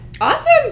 awesome